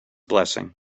blessing